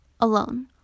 alone